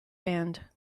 band